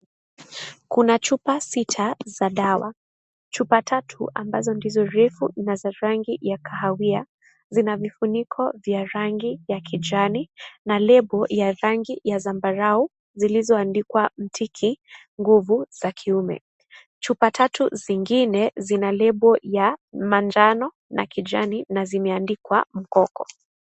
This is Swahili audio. Kuna chupa sita za dawa chupa tatu ambazo ndizo refu na za rangi ya kahawia zina vifuniko vya rangi ya kijani lebo ya rangi ya sambarau zilizoandikwa mtiki nguvu za kiume ,chupa tatu zingine zina lebo ya manjano na zimeandikwa mkoko.